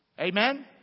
Amen